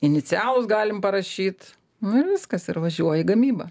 inicialus galim parašyt nu ir viskas ir važiuoja į gamybą